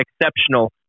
exceptional